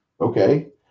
okay